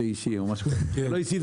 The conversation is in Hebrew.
זה אישי או זה לא אישי,